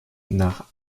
nach